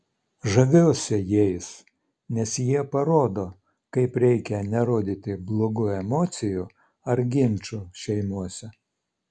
žaviuosi jais nes jie parodo kaip reikia nerodyti blogų emocijų ar ginčų šeimose